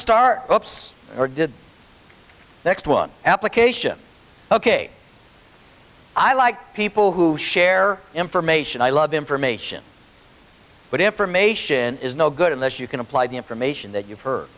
start ups or did next one application ok i like people who share information i love information but information is no good unless you can apply the information that you've he